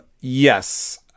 yes